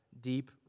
deep